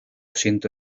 siento